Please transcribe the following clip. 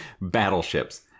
Battleships